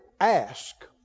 Ask